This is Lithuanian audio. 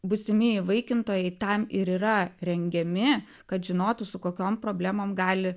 būsimi įvaikintojai tam ir yra rengiami kad žinotų su kokiom problemom gali